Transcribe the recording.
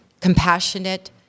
compassionate